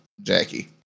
Jackie